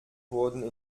wurden